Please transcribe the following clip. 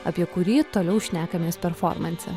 apie kurį toliau šnekamės performanse